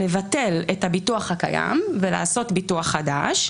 אחת היא לבטל את הביטוח הקיים ולעשות ביטוח חדש,